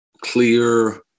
clear